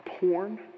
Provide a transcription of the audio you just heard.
porn